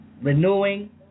renewing